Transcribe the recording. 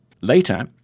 Later